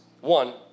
One